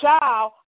child